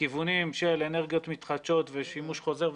לכיוונים של אנרגיות מתחדשות ושימוש חוזר,